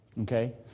Okay